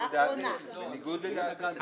בניגוד לדעתנו.